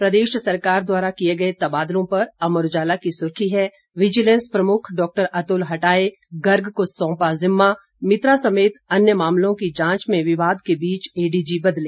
प्रदेश सरकार द्वारा किये गए तबादलों पर अमर उजाला की सुर्खी है विजिलेंस प्रमुख डॉ अतुल हटाए गर्ग को सौंपा जिम्मा मित्रा समेत अन्य मामलों की जांच में विवाद के बीच एडीजी बदले